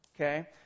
okay